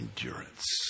endurance